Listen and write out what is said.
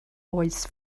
oes